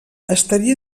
estaria